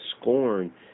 scorn